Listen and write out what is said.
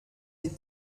les